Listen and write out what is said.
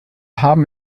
haben